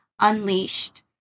unleashed